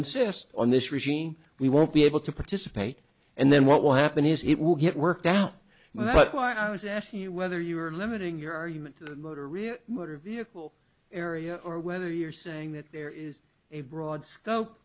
insist on this regime we won't be able to participate and then what will happen is it will get worked out but why i was asking you whether you are limiting your argument to the motor riya motor vehicle area or whether you're saying that there is a broad scope